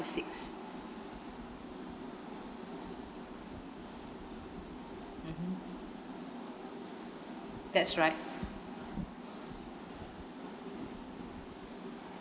six mmhmm that's right